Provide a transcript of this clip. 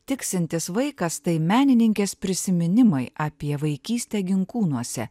tiksintis vaikas tai menininkės prisiminimai apie vaikystę ginkūnuose